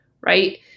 right